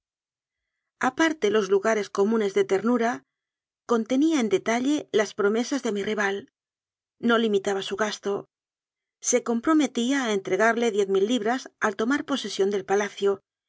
aparte los lugares comunes de ternura conte nía en detalle las promesas de mi rival no limi taba su gasto se comprometía a entregarle diez mil libras al tomar posesión del palacio